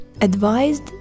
advised